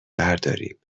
برداریم